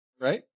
Right